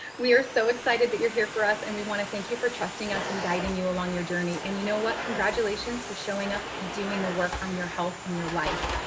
we are so excited that you're here for us. and we want to thank you for trusting us and guiding you along your journey. and you know what? congratulations for showing up and doing the work on your health and your life.